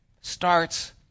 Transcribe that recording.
starts